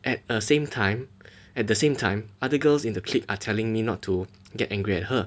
at a same time at the same time other girls in the clique are telling me not to get angry at her